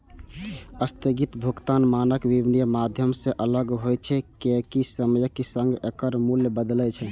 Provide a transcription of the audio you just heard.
स्थगित भुगतान मानक विनमय माध्यम सं अलग होइ छै, कियैकि समयक संग एकर मूल्य बदलै छै